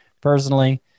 personally